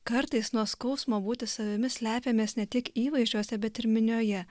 kartais nuo skausmo būti savimi slepiamės ne tik įvaizdžiuose bet ir minioje